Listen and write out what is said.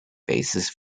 basis